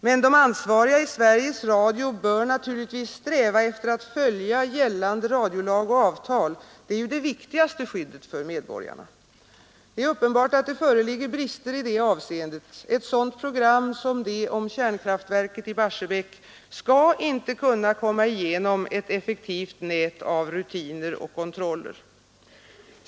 Men de ansvariga i Sveriges Radio bör naturligtvis sträva efter att följa gällande radiolag och avtal — det är ju det viktigaste skyddet för medborgarna. Det är uppenbart att det föreligger brister i det avseendet. Ett sådant program som det om kärnkraftverket i Barsebäck skall inte komma igenom ett effektivt nät av rutiner och kontroller.